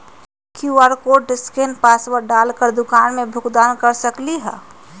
QR code scan password डाल कर दुकान में भुगतान कर सकलीहल?